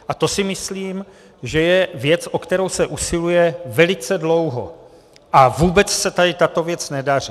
A to si myslím, že je věc, o kterou se usiluje velice dlouho, a vůbec se tady tato věc nedaří.